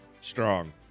Strong